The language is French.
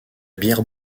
bière